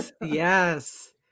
yes